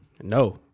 No